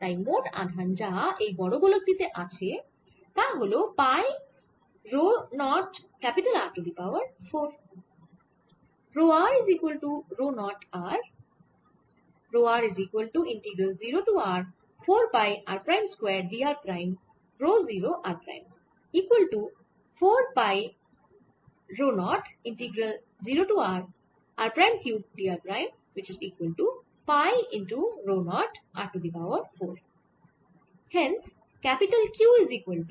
তাই মোট আধান যা এই বড় গোলক টি তে আছে তা হল pi rho 0 R to the power 4